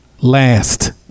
last